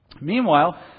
Meanwhile